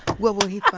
what will he